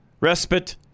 respite